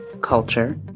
culture